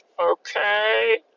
okay